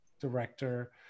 director